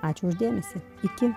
ačiū už dėmesį iki